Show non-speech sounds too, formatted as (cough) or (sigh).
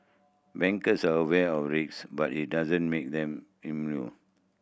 bankers are aware of (unintelligible) but it doesn't make them immune